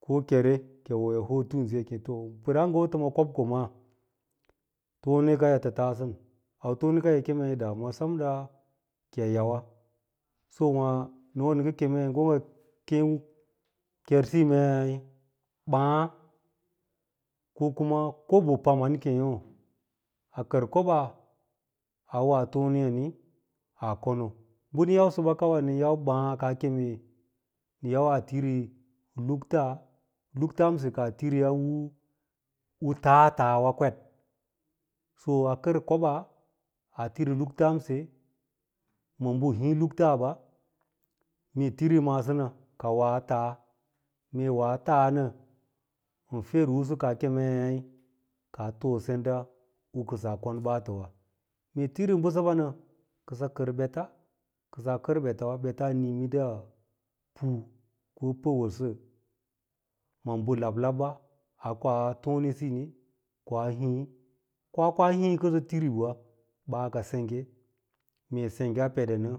Ko kere ki yi woyi hoo tunsiya yi keme paraa naə wotə ma kobko maa tanekaya ttə taajən, autonekaya yi kem ɗamuwa semra kiyi yawa so wa nə ngə kemei nco ngə kee kersiyi mei baa ko kuma kobo paman keyo a kər koɓaa a woa toney ani aa kono, bə nən yausə ba kawa awo ma baa kaa keme awo ma lukta lukts mse li kaa tiriya taataawa kwed so a kər kobaa aa tiri luktamse ma mbə hii luktaba, mee tiri maaso mə ka woa taa, mee woa taanə a ferlusu kaa kemei a too senda kəsaakon baatə tara, mee tiri ɓəsəba nə, kə sə kərbets, kə saa kər beta wa ɓeta a nii mnda ko tonesiyi ni koa hii, kaa kea hii kənso tiribewa baa ka sengwe mee sengwe. w senggaa peve nə,